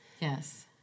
Yes